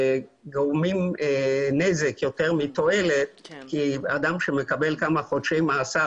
שגורמים נזק יותר מתועלת כי אדם שמקבל כמה חודשי מאסר,